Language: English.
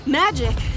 magic